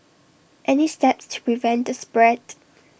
any steps to prevent the spread